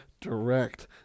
direct